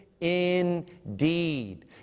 indeed